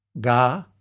Ga